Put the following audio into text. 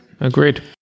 Agreed